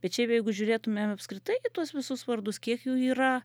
bet šiaip jeigu žiūrėtumėm apskritai į tuos visus vardus kiek jų yra